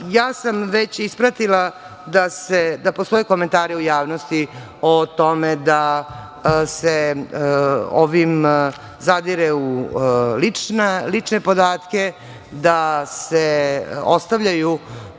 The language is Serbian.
odbora. Ispratila sam da postoje komentari u javnosti o tome da se ovim zadire u lične podatke, da se ostavljaju